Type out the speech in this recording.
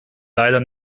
leider